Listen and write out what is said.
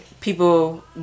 people